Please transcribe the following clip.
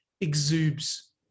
exudes